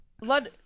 let